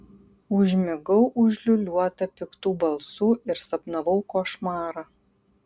užmigau užliūliuota piktų balsų ir sapnavau košmarą